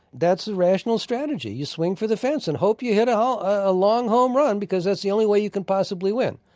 that's the rational strategy. you swing for the fence and hope you hit a ah long home run because that's the only way you can possibly win.